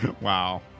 Wow